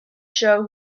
show